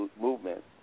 movement